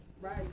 right